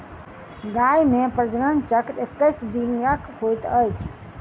गाय मे प्रजनन चक्र एक्कैस दिनक होइत अछि